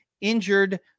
injured